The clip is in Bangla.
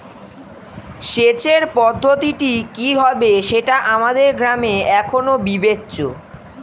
সেচের পদ্ধতিটি কি হবে সেটা আমাদের গ্রামে এখনো বিবেচ্য